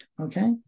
okay